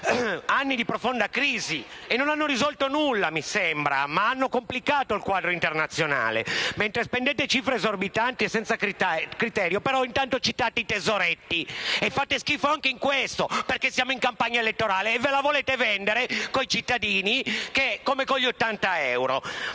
anni di profonda crisi; e non hanno risolto nulla, mi sembra, ma hanno complicato il quadro internazionale. Mentre spendete cifre esorbitanti e senza criterio, intanto citate i tesoretti. E fate schifo anche in questo, perché siamo in campagna elettorale e ve la volete vendere con i cittadini, come con gli 80 euro.